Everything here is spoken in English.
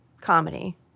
comedy